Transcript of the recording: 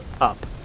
up